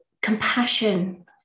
compassion